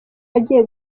agiye